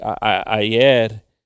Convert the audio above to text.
ayer